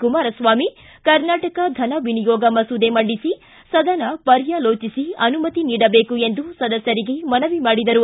ಕುಮಾರಸ್ವಾಮಿ ಕರ್ನಾಟಕ ಧನವಿನಿಯೋಗ ಮಸೂದೆ ಮಂಡಿಸಿ ಸದನ ಪರ್ಯಾಲೋಚಿಸಿ ಅನುಮತಿ ನೀಡಬೇಕು ಎಂದು ಸದಸ್ಥರಿಗೆ ಮನವಿ ಮಾಡಿದರು